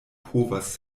povas